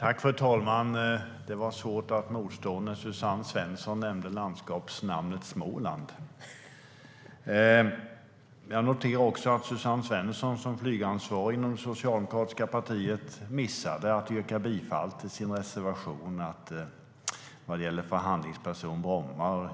Fru talman! Det var svårt att motstå att begära replik när Suzanne Svensson nämnde landskapet Småland.Jag noterar att Suzanne Svensson som flygansvarig inom det socialdemokratiska partiet missade att yrka bifall till sin reservation om en förhandlingsperson för Bromma.